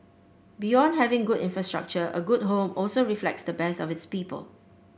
beyond having good infrastructure a good home also reflects the best of its people